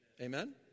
Amen